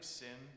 sin